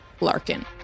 Larkin